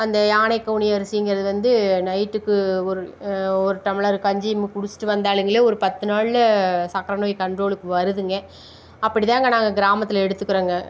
அந்த யானைக் கவுனி அரிசிங்கிறது வந்து நைட்டுக்கு ஒரு ஒரு டம்ளர் கஞ்சியும் குடிச்சுட்டு வந்தாலும்ங்களே ஒரு பத்துநாளில் சக்கரைநோய் கன்ட்ரோலுக்கு வருதுங்க அப்படிதாங்க நாங்கள் கிராமத்தில் எடுத்துக்கிறோங்க